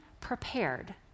prepared